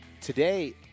Today